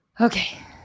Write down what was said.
Okay